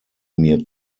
mir